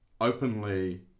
openly